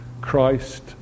Christ